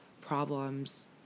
problems